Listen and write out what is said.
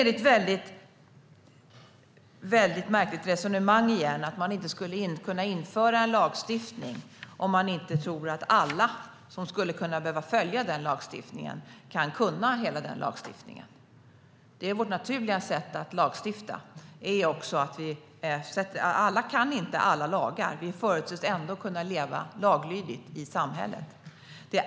Det är ett märkligt resonemang att man inte skulle kunna införa en lagstiftning om man inte tror att alla som skulle behöva följa den kan kunna hela lagstiftningen. Detta är vårt naturliga sätt att lagstifta. Alla kan inte alla lagar, men vi förutsätts ändå kunna leva laglydigt i samhället.